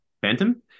Phantom